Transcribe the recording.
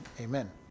amen